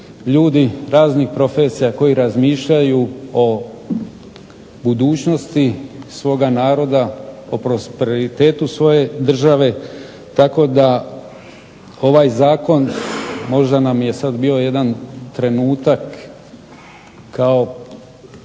ljudi raznih profesija koji razmišljaju o budućnosti svoga naroda, o prosperitetu svoje države, tako da ovaj zakon možda nam je sad bio jedan trenutak kao